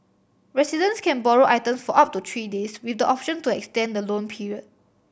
residents can borrow item for up to three days with the option to extend the loan period